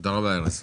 תודה רבה, ארז.